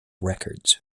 records